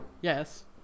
Yes